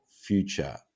future